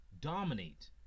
dominate